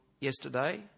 yesterday